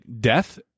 death